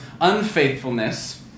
unfaithfulness